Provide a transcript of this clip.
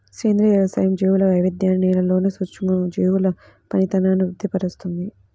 సేంద్రియ వ్యవసాయం జీవుల వైవిధ్యాన్ని, నేలలోని సూక్ష్మజీవుల పనితనాన్ని వృద్ది పరుస్తుంది